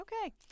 Okay